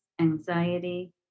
anxiety